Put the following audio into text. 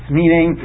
meaning